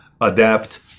adapt